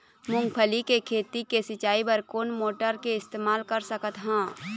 मूंगफली के खेती के सिचाई बर कोन मोटर के इस्तेमाल कर सकत ह?